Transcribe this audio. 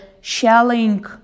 shelling